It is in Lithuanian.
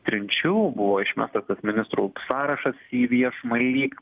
trinčių buvo išmestas tas ministrų sąrašas į viešumą ir lyg